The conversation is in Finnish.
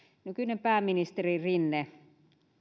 nykyinen pääministeri rinne